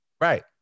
Right